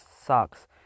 sucks